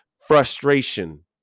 frustration